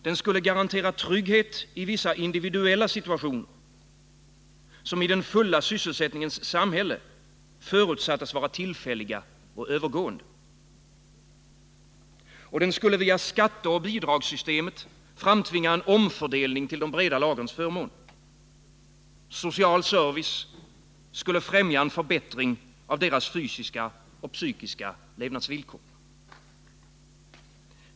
Den skulle garantera trygghet i vissa individuella situationer. som i den fulla sysselsättningens samhälle förutsattes vara tillfälliga och övergående. Den skulle via skatteoch bidragssystemet framtvinga en omfördelning till de breda lagrens förmån. Social service skulle främja en förbättring av deras Nr 160 fysiska och psykiska levnadsvillkor.